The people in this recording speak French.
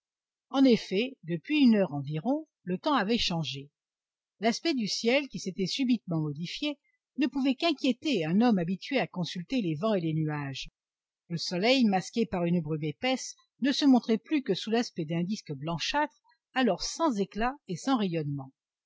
en effet depuis une heure environ le temps avait changé l'aspect du ciel qui s'était subitement modifié ne pouvait qu'inquiéter un homme habitué à consulter les vents et les nuages le soleil masqué par une brume épaisse ne se montrait plus que sous l'aspect d'un disque blanchâtre alors sans éclat et sans rayonnement